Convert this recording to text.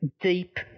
deep